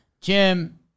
Jim